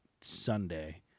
Sunday